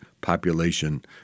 population